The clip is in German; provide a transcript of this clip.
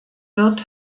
wird